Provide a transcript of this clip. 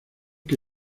que